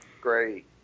great